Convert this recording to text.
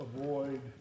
avoid